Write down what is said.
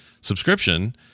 subscription